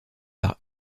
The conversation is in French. par